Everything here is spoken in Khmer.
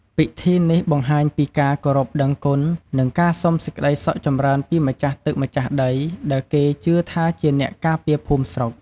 ពិធីនេះបង្ហាញពីការគោរពដឹងគុណ និងការសុំសេចក្តីសុខចម្រើនពីម្ចាស់ទឹកម្ចាស់ដី ដែលគេជឿថាជាអ្នកការពារភូមិស្រុក។